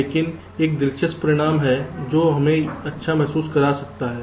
लेकिन एक दिलचस्प परिणाम है जो हमें अच्छा महसूस करा सकता है